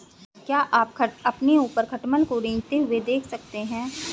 क्या आप अपने ऊपर खटमल को रेंगते हुए देख सकते हैं?